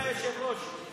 22 בעד, אין מתנגדים.